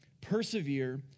persevere